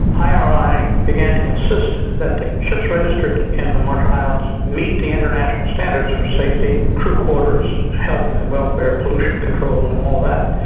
i. r. i. began to insist that the ships registered in the marshall islands meet the international standards for safety, crew quarters, health and welfare, pollution control and all that.